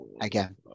Again